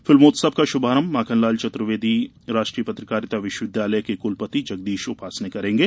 फिल्मोत्सव का शुभारंभ माखनलाल चतुर्वेदी पत्रकारिता विश्वविद्यालय के क्लपति जगदीश उपासने करेंगे